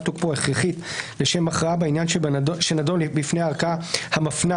תוקפו הכרחית לשם הכרעה בעניין שנדון בפני הערכאה המפנה